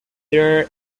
there